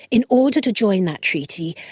in order to join that treaty,